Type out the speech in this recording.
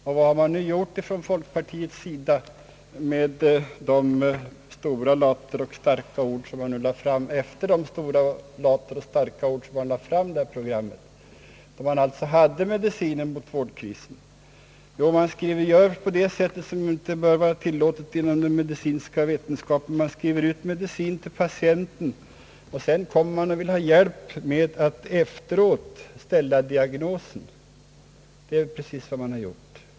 Vad har man gjort från folkpartiets sida efter de stora later och starka ord som man använde när man lade fram det här förslaget, när man alltså sade sig ha medicinen mot vårdkrisen? Jo, man gör just på ett sätt som inte bör vara tillåtet inom den medicinska vetenskapen: Man skriver ut medicinen till patienten, och sedan kommer man och vill ha hjälp med att efteråt ställa diagnosen. Det är precis vad man har gjort.